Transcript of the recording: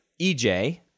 EJ